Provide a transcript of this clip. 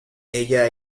ella